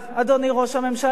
אדוני ראש הממשלה,